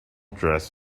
dress